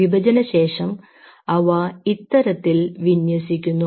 വിഭജനശേഷം അവ ഇത്തരത്തിൽ വിന്യസിക്കുന്നു